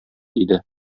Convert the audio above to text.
иде